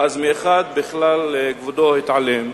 אז מאחד, בכלל כבודו התעלם.